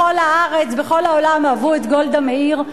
בכל הארץ, בכל העולם אהבו את גולדה מאיר.